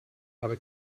habe